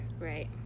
right